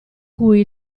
cui